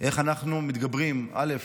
איך אנחנו מתגברים, א.